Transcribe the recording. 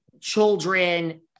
children